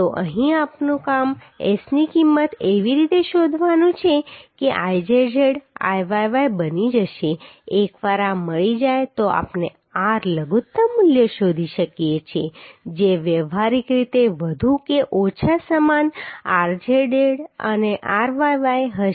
તો અહીં આપણું કામ S ની કિંમત એવી રીતે શોધવાનું છે કે Izz Iyy બની જશે એકવાર આ મળી જાય તો આપણે r લઘુત્તમ મૂલ્ય શોધી શકીએ છીએ જે વ્યવહારીક રીતે વધુ કે ઓછા સમાન rzz અને ryy હશે